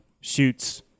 shoots